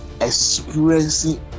experiencing